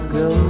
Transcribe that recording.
go